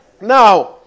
Now